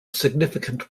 significant